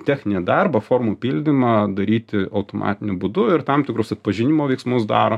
techninį darbą formų pildymą daryti automatiniu būdu ir tam tikrus atpažinimo veiksmus daro